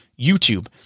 YouTube